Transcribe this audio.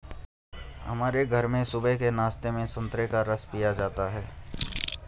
हमारे घर में सुबह के नाश्ते में संतरे का रस पिया जाता है